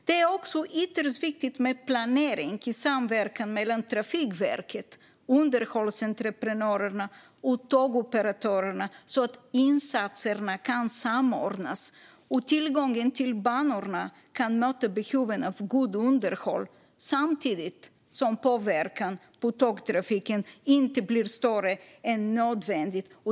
Det är också ytterst viktigt med planering i samverkan mellan Trafikverket, underhållsentreprenörerna och tågoperatörerna så att insatserna kan samordnas och tillgången till banorna kan möta behovet av gott underhåll samtidigt som påverkan på tågtrafiken inte blir större än nödvändigt.